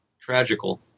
Tragical